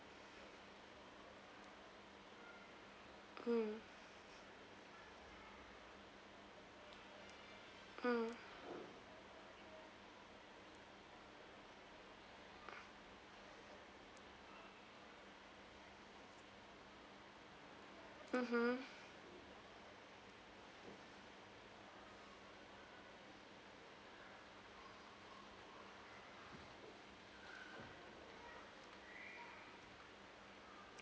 mm mm mmhmm